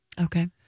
Okay